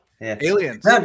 Aliens